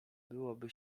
byłoby